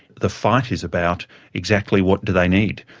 the fight is about exactly what do they need,